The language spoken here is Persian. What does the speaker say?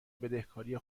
بدهکاری